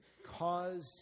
Caused